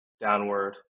downward